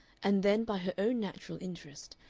and then by her own natural interest,